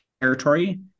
territory